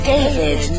David